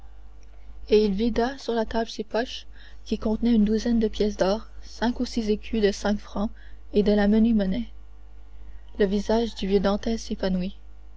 et il vida sur la table ses poches qui contenaient une douzaine de pièces d'or cinq ou six écus de cinq francs et de la menue monnaie le visage du vieux dantès s'épanouit